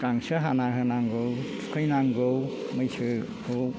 गांसो हाना होनांगौ थुखैनांगौ मैसोखौ